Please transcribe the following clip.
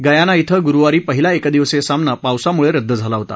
Guyana श्विं गुरुवारी पहिला एकदिवसीय सामना पावसामुळे रद्द झाला होता